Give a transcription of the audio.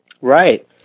Right